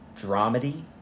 dramedy